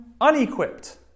unequipped